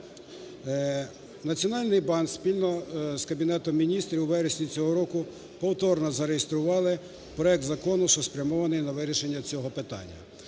Національний банк, спільно з Кабінетом Міністрів, у вересні цього року повторно зареєстрували проект закону, що спрямований на вирішення цього питання.